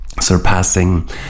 surpassing